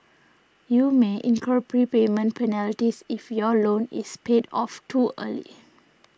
you may incur prepayment penalties if your loan is paid off too early